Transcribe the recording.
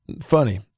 Funny